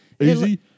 easy